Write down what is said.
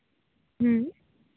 ᱦᱩᱸ